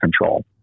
control